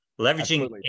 Leveraging